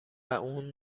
اون